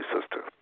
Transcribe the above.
Sister